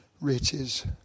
riches